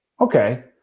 Okay